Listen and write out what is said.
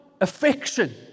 affection